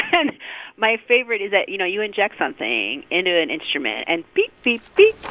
and my favorite is that, you know, you inject something into an instrument and beep, beep, beep.